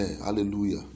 Hallelujah